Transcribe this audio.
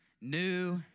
new